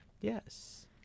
yes